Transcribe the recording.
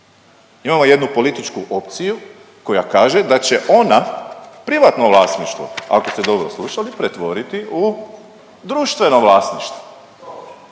Imamo jednu političku opciju koja kaže da će ona privatno vlasništvo, ako ste dobro slušali, pretvoriti u društveno vlasništvo,